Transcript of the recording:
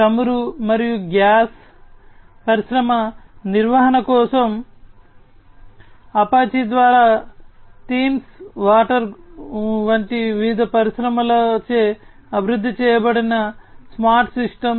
చమురు మరియు గ్యాస్ పరిశ్రమ నిర్వహణ కోసం అపాచీ ద్వారా థేమ్స్ వాటర్ వంటి వివిధ పరిశ్రమలచే అభివృద్ధి చేయబడిన స్మార్ట్ సిస్టమ్స్